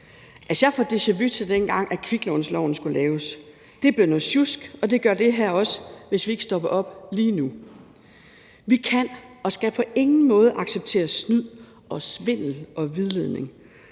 jeg får deja-vu til dengang, kviklånsloven skulle laves. Det blev noget sjusk, og det gør det her også, hvis vi ikke stopper op lige nu. Vi kan og skal på ingen måde acceptere snyd og svindel og vildledning.